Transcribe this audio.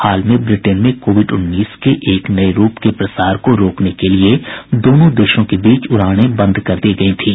हाल में ब्रिटेन में कोविड उन्नीस के नए रूप के प्रसार को रोकने के लिए दोनों देशों के बीच उड़ानें बंद कर दी गई थीं